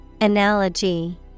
Analogy